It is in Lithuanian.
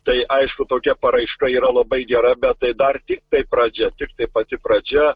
tai aišku tokia paraiška yra labai gera bet tai dar tiktai pradžia tiktai pati pradžia